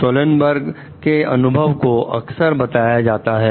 Sullenberger के अनुभव को अक्सर बताया जाता है